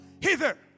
hither